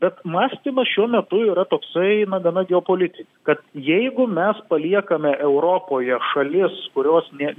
bet mąstymas šiuo metu yra toksai na gana geopolitinis kad jeigu mes paliekame europoje šalis kurios nie